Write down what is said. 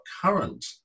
current